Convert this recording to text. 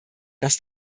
dass